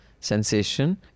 sensation